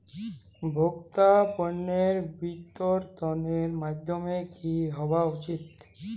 ভোক্তা পণ্যের বিতরণের মাধ্যম কী হওয়া উচিৎ?